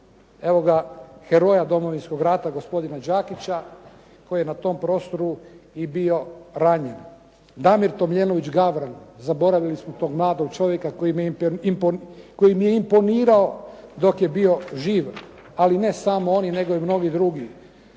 evo ga heroja Domovinskog rata gospodina Đakića koji je na tom prostoru i bio ranjen. Damir Tomljenović Gavran, zaboravili smo tog mladog čovjeka koji me je imponirao dok je bio živ. Ali ne samo on nego i mnogi drugi.